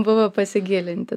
buvo pasigilinti